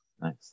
Nice